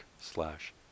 slash